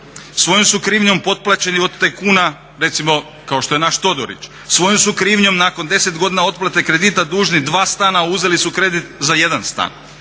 svojom su krivnjom potplaćeni od tajkuna recimo kao što je naš Todorić, svojom su krivnjom nakon 10 godina otplate kredita dužni dva stana, a uzeli su kredit za jedan stan.